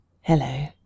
Hello